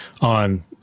on